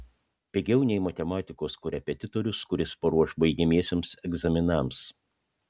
pigiau nei matematikos korepetitorius kuris paruoš baigiamiesiems egzaminams